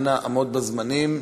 אנא עמוד בזמנים.